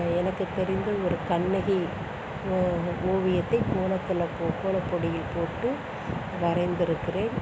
எனக்கு தெரிந்த ஒரு கண்ணகி ஓ ஓவியத்தை கோலத்தில் போட் கோலப்பொடியில் போட்டு வரைந்திருக்கிறேன்